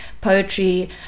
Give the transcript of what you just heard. poetry